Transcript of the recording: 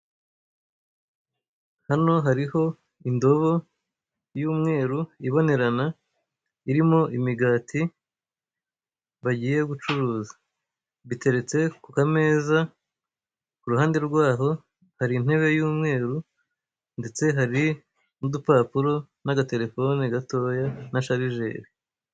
Hano hariho indobo y'umweru ibonerana irimo imigati bagiye gucuruza, biteretse ku k'ameza, ku ruhande rwaho hari intebe y'umweru ndetse hari n'udupapuro n'agaterefone gatoya na sharijeri.